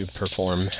perform